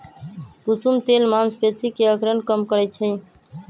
कुसुम तेल मांसपेशी के अकड़न कम करई छई